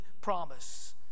promise